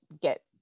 get